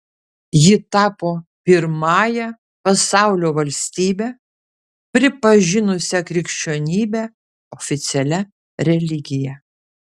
ji tapo pirmąja pasaulio valstybe pripažinusia krikščionybę oficialia religija